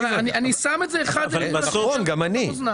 אבל אני שם את זה --- נכון, גם אני.